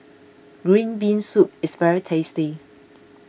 Green Bean Soup is very tasty